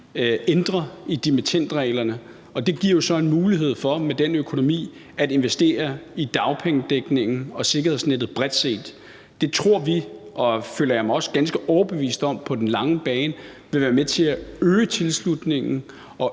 ændrer dimittendreglerne. Det giver så en mulighed for med den økonomi at investere i dagpengedækningen og sikkerhedsnettet bredt set. Det tror vi, og det føler jeg mig også ganske overbevist om på den lange bane, vil være med til at øge tilslutningen